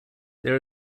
there